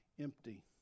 empty